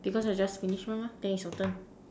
because I just finish one mah then is your turn